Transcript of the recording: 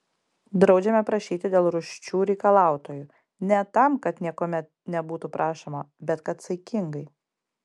draudžiame prašyti dėl rūsčių reikalautojų ne tam kad niekuomet nebūtų prašoma bet kad saikingai